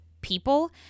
people